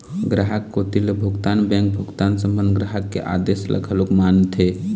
गराहक कोती ले भुगतान बेंक भुगतान संबंध ग्राहक के आदेस ल घलोक मानथे